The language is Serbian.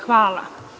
Hvala.